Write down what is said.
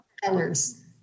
colors